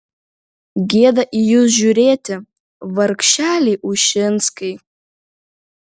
gėda į jus žiūrėti vargšeliai ušinskiai